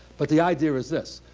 but the idea is this.